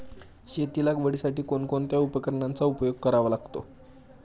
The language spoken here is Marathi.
शेती लागवडीसाठी कोणकोणत्या उपकरणांचा उपयोग करावा लागतो?